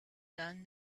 done